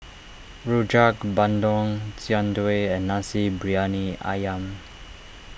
Rojak Bandung Jian Dui and Nasi Briyani Ayam